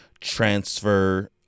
transfer